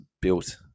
built